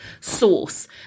source